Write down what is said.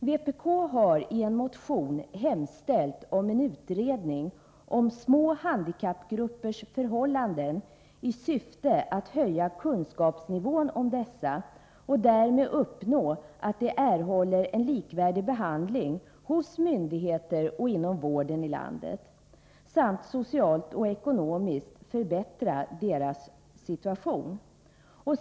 Vpk har i en motion hemställt om en utredning om små handikappgruppers förhållanden i syfte att höja kunskapsnivån om dessa och därmed uppnå att de erhåller en likvärdig behandling hos myndigheter och inom vården i landet samt att socialt och ekonomiskt förbättra deras situation.